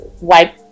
Wipe